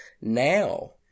now